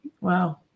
Wow